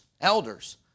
elders